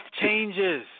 changes